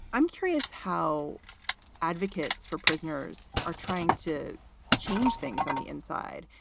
i'm curious how advocates for prisoners are trying to change things on the inside,